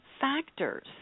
factors